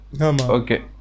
Okay